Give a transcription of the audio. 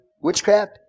witchcraft